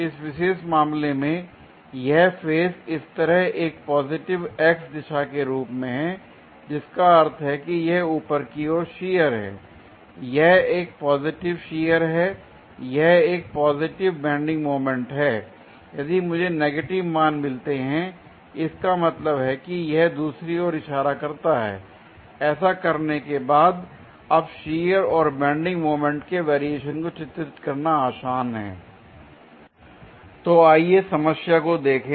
इस विशेष मामले में यह फेस इस तरह एक पॉजिटिव x दिशा के रूप में है जिसका अर्थ है कि यह ऊपर की ओर शियर हैं यह एक पॉजिटिव शियर हैं यह एक पॉजिटिव बेंडिंग मोमेंट हैं यदि मुझे नेगेटिव मान मिलते हैं इसका मतलब है कि यह दूसरी ओर इशारा करता है l ऐसा करने के बाद अब शियर और बेंडिंग मोमेंट के वेरिएशन को चित्रित करना आसान हैं l तो आइए समस्या को देखें